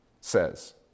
says